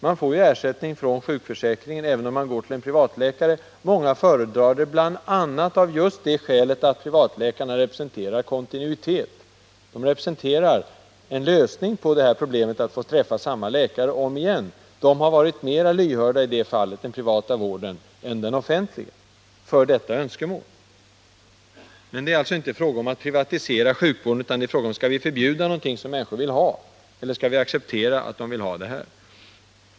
Man får ju ersättning från sjukförsäkringen, även om man går till en privatläkare. Många föredrar att göra det, bl.a. just av det skälet att privatläkare erbjuder kontinuitet. De representerar en lösning på problemet att få träffa samma läkare om igen. Den privata vården har varit mer lyhörd för detta önskemål än den offentliga. Det är alltså inte fråga om att privatisera sjukvården, utan om vi skall förbjuda något som människor vill ha, eller acceptera det.